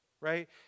Right